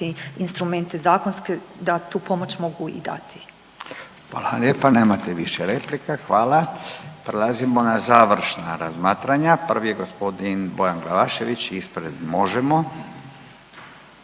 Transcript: instrumente zakonske da tu pomoć mogu i dati. **Radin, Furio (Nezavisni)** Hvala lijepa nemate više replika. Hvala. Prelazimo na završna razmatranja. Prvi je gospodin Bojan Glavašević ispred Možemo